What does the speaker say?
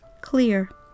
Clear